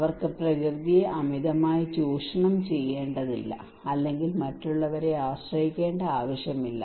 അവർക്ക് പ്രകൃതിയെ അമിതമായി ചൂഷണം ചെയ്യേണ്ടതില്ല അല്ലെങ്കിൽ മറ്റുള്ളവരെ ആശ്രയിക്കേണ്ട ആവശ്യമില്ല